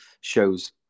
shows